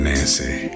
Nancy